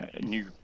new